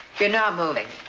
you're not moving.